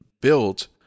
built